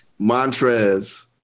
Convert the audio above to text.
Montrez